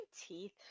teeth